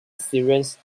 sirens